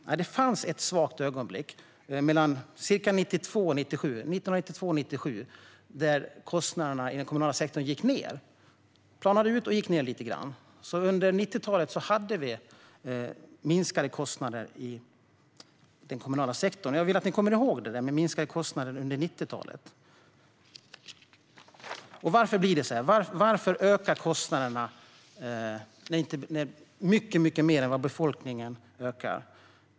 Nej, det fanns ett svagt ögonblick mellan ungefär 1992 och 1997 då kostnaderna i den kommunala sektorn planade ut och gick ned lite grann. Under 90-talet hade vi alltså minskade kostnader inom den kommunala sektorn. Jag vill att ni kommer ihåg detta med minskade kostnader under 90-talet. Varför blir det så här? Varför ökar kostnaderna mycket mer än vad befolkningen ökar?